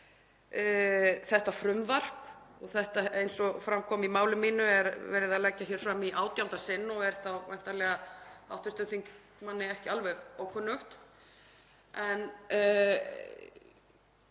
þetta frumvarp og eins og fram kom í máli mínu er verið að leggja málið fram í átjánda sinn og það er þá væntanlega hv. þingmanni ekki alveg ókunnugt. En